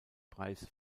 preis